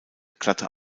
glatte